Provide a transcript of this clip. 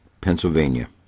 Pennsylvania